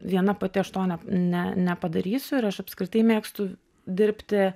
viena pati aš to ne ne nepadarysiu ir aš apskritai mėgstu dirbti